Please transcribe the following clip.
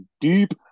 deep